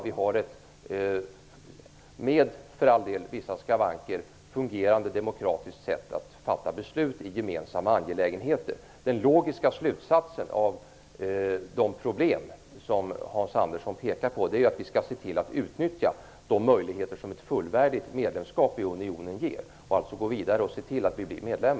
Vi har ett, för all del med vissa skavanker, fungerande demokratiskt sätt att fatta beslut på i gemensamma angelägenheter. Den logiska slutsatsen när det gäller de problem som Hans Andersson pekar på är att vi skall se till att utnyttja de möjligheter som ett fullvärdigt medlemskap i unionen ger och således gå vidare och se till att Sverige blir medlem.